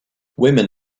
women